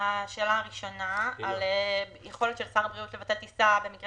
לגבי היכולת של שר הבריאות לבטל טיסה במקרה